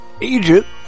Egypt